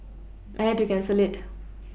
I had to cancel it